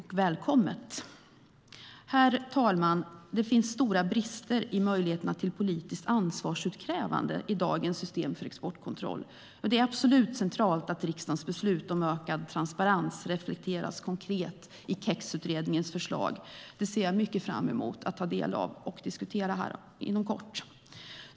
Herr talman! Det finns stora brister i möjligheterna till politiskt ansvarsutkrävande i dagens system för exportkontroll. Det är absolut centralt att riksdagens beslut om ökad transparens reflekteras konkret i KEX-utredningens förslag. Det ser jag mycket fram emot att ta del av och diskutera inom kort.